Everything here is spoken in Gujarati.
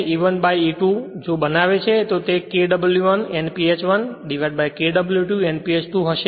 E1 E2 જો બનાવે છે તો તે Kw1 Nph1 Kw2 Nph 2 હશે